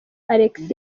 alex